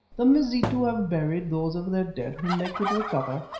the mazitu have buried those of their dead whom they could recover,